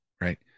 right